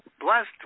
blessed